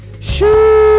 Shoo